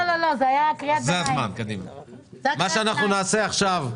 מה שנעשה עכשיו,